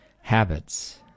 habits